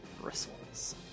bristles